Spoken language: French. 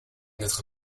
notre